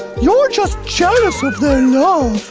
you're just jealous of their love.